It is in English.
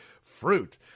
fruit